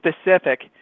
specific